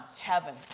heaven